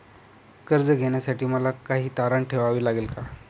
कर्ज घेण्यासाठी मला काही तारण ठेवावे लागेल का?